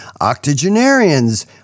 octogenarians